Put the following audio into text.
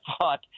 thought